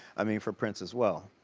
i mean, for prince as well.